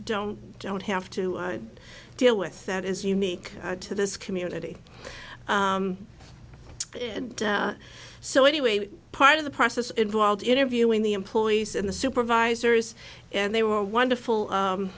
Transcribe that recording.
don't don't have to deal with that is unique to this community so anyway part of the process involved interviewing the employees and the supervisors and they were a wonderful